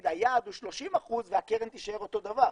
שהיעד הוא 30% והקרן תישאר אותו דבר.